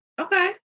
Okay